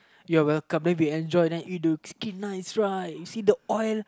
you're welcome then we enjoy then eat the skin nice right you see the oil